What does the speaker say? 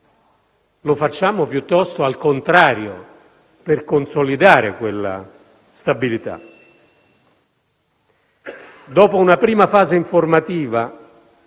lo facciamo piuttosto, al contrario, per consolidare quella stabilità. Dopo una prima fase informativa,